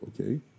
okay